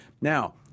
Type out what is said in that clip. Now